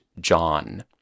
John